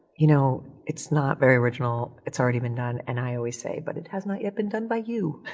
you know, it's not very original. it's already been done. and i always say, but it has not yet been done by you.